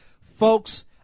Folks